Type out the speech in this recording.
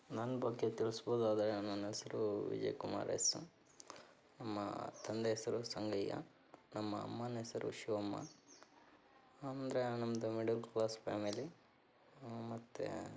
ನನ್ನ ಬಗ್ಗೆ ತಿಳಿಸ್ಬೊದಾದರೆ ನನ್ನ ಹೆಸರು ವಿಜಯ ಕುಮಾರ್ ಎಸ್ ನಮ್ಮ ತಂದೆ ಹೆಸರು ಸಂಗಯ್ಯ ನಮ್ಮ ಅಮ್ಮನೆಸ್ರು ಶಿವಮ್ಮ ಅಂದರೆ ನಮ್ದು ಮಿಡಲ್ ಕ್ಲಾಸ್ ಫ್ಯಾಮಿಲಿ ಮತ್ತೆ